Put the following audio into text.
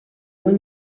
haut